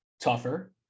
tougher